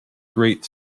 great